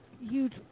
huge